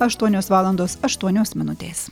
aštuonios valandos aštuonios minutės